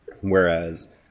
Whereas